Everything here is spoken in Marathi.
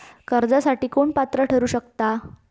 कर्जासाठी कोण पात्र ठरु शकता?